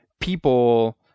people